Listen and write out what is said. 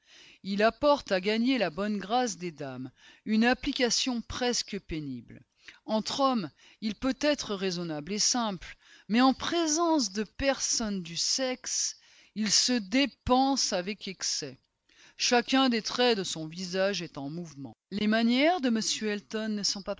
il apporte à gagner la bonne grâce des dames une application presque pénible entre hommes il peut être raisonnable et simple mais en présence de personnes du sexe il se dépense avec excès chacun des traits de son visage est en mouvement les manières de m elton ne sont pas